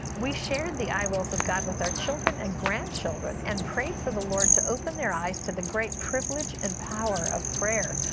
we shared the i wills of god with our children and grandchildren and prayed for the lord to open their eyes to the great privilege and power of prayer.